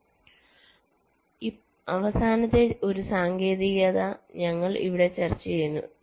അതിനാൽ അവസാനത്തെ ഒരു സാങ്കേതികത ഞങ്ങൾ ഇവിടെ ചർച്ചചെയ്യുന്നു